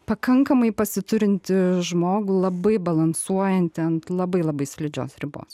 pakankamai pasiturintį žmogų labai balansuojantį ant labai labai slidžios ribos